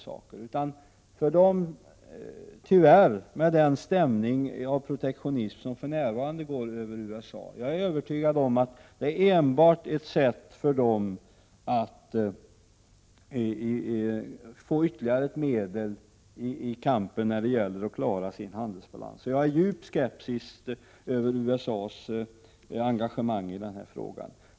Med tanke på den stämning när det gäller protektionismen som för närvarande sprider 151 sig över USA är jag övertyad om att det — tyvärr är det så — för USA:s del enbart handlar om att få ytterligare ett medel i kampen för att klara sin handelsbalans. Jag är djupt skeptisk till USA:s engagemang i den här frågan.